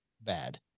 bad